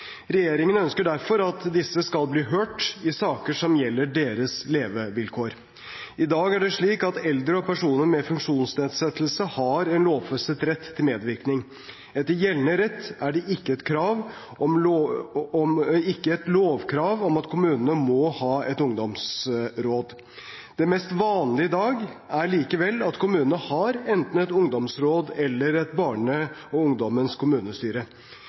Regjeringen ønsker derfor at disse skal bli hørt i saker som gjelder deres levevilkår. I dag er det slik at eldre og personer med funksjonsnedsettelse har en lovfestet rett til medvirkning. Etter gjeldende rett er det ikke et lovkrav at kommunene må ha et ungdomsråd. Det mest vanlige i dag er likevel at kommunene har enten et ungdomsråd eller et barn og unges kommunestyre.